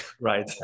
right